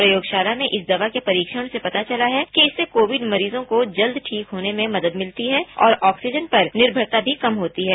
प्रयोगशाला में इस दवा के परीक्षण से पता चला है कि इससे कोविड मरीजों को जल्द ठीक होने में मदद मिलती है और ऑक्सीजन पर निर्भरता भी कम होती है